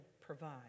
provide